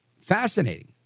fascinating